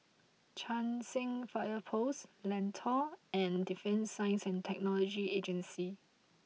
Cheng San Fire Post Lentor and Defence Science and Technology Agency